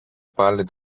πάλι